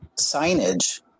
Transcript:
signage